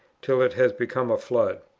till it has become a flood.